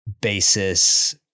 basis